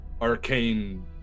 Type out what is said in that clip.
arcane